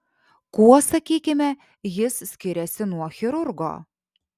kuo sakykime jis skiriasi nuo chirurgo